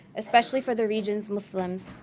especially for the region's muslims,